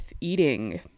eating